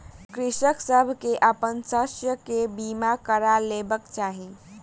कृषक सभ के अपन शस्य के बीमा करा लेबाक चाही